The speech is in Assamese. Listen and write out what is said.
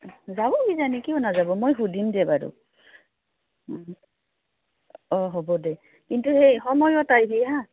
যাব কিজানি কিয় নাযাব মই সুধিম দে বাৰু অঁ হ'ব দে কিন্তু সেই সময়ত আহিবি হা